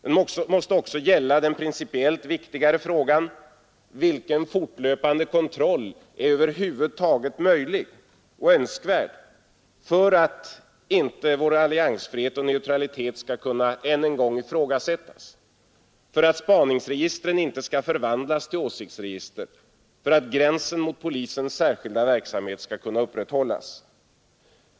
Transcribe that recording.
Den måste också gälla den principiellt viktigare frågan: vilken fortlöpande kontroll är över huvud taget möjlig och önskvärd för att vår alliansfrihet och neutralitet inte skall kunna ifrågasättas, för att spaningsregistren inte skall förvandlas till åsiktsregister, för att gränsen mot polisens särskilda verksamhet skall kunna upprätthållas?